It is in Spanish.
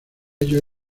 ello